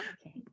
Okay